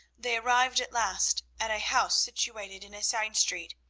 they arrived at last at a house situated in a side street,